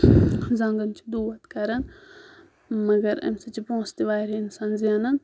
زَنٛگَن چھُ دود کَران مَگر امہِ سۭتۍ چھُ پونسہٕ تہِ واریاہ اِنسان زینان